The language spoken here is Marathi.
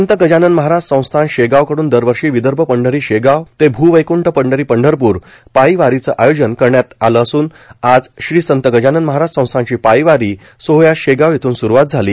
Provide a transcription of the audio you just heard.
संत गजानन महाराज संस्थान शेगाव कडून दरवर्षी विदर्भ पंढरी शेगाव ते भूषैकुंठ पंढरी पंढरप्र पायी वारीचे आयोजन करण्यात आलं असून आज श्री संत गजानन महाराज संस्थानची पायी वारी सोहळ्यास शेगाव येथून सुरुवात झाली